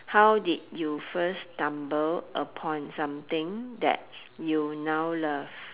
how did you first stumble upon something that you now love